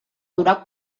durar